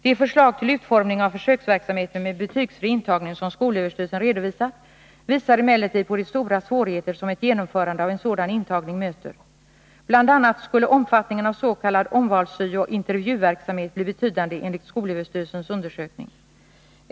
De förslag till utformning av försöksverksamheten med betygsfri intagning som skolöverstyrelsen redovisat visar emellertid på de stora svårigheter som ett genomförande av en sådan intagning möter. Bl. a. skulle omfattningen av s.k. omvalssyo och intervjuverksamhet bli betydande enligt skolöverstyrelsens undersökning.